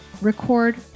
record